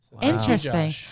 Interesting